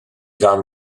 gan